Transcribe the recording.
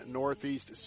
northeast